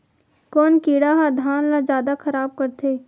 कोन कीड़ा ह धान ल जादा खराब करथे?